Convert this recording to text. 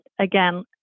again